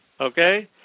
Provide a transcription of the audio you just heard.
Okay